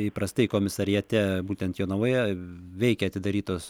įprastai komisariate būtent jonavoje veikia atidarytos